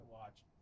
watch